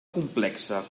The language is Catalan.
complexa